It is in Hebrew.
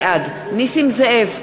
בעד נסים זאב,